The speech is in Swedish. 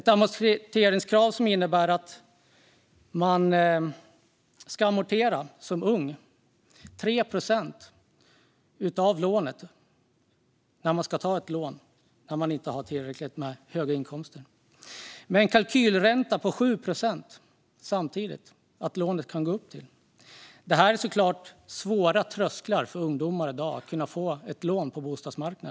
Amorteringskravet innebär att man som ung ska amortera 3 procent av lånet om man inte har tillräckligt hög inkomst. Samtidigt kan räntan på lånet gå upp till en kalkylränta på 7 procent. Det är såklart en hög tröskel. Det är svårt för ungdomar i dag att få ett bostadslån.